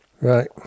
right